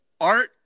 Art